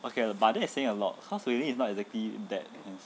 okay but that's saying a lot cause wei lin is not exactly that handsome